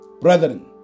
Brethren